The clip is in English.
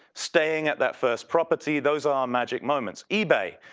staying at that first property, those are our magic moments. ebay,